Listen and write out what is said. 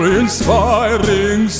inspiring